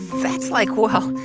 that's, like well,